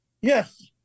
Yes